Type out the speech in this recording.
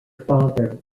father